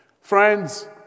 Friends